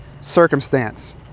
Circumstance